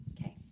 Okay